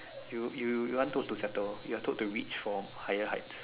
you you you aren't told to settle you're told to reach for higher heights